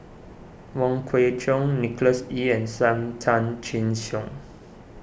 Wong Kwei Cheong Nicholas Ee and Sam Tan Chin Siong